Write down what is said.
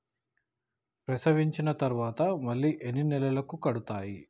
ప్రసవించిన తర్వాత మళ్ళీ ఎన్ని నెలలకు కడతాయి?